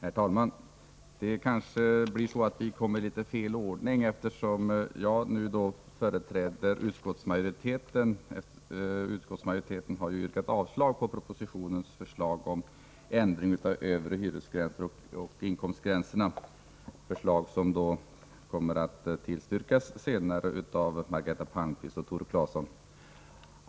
Herr talman! Kanske är ordningen beträffande behandlingen av detta ärende litet felaktig. Jag företräder ju utskottsmajoriteten, och denna har yrkat avslag på propositionens förslag om en ändring av de övre hyresgränserna och inkomstgränserna. Dessa propositionens förslag kommer Margareta Palmqvist och Tore Claeson strax att yrka bifall till.